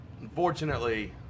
unfortunately